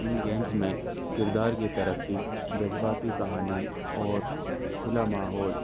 ان games میں کردار کی ترقی جذباتی کہانی اور کھلا ماحول